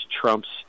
Trump's